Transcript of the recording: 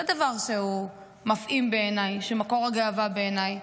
זה דבר מפעים בעיניי, הוא מקור הגאווה בעיניי.